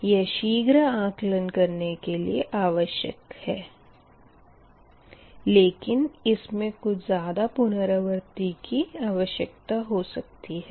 यह शीघ्र आकलन के लिए आवश्यक है लेकिन इसमें ज़्यादा पुनरावृत्ति की आवश्यकता हो सकती है